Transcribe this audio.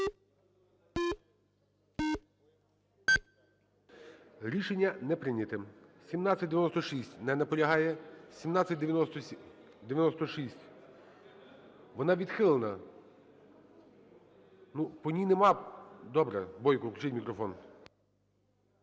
Рішення не прийнято. 1796. Не наполягає. 1796, вона відхилена, ну, по ній нема... Добре. Бойко включіть мікрофон.